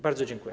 Bardzo dziękuję.